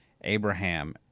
Abraham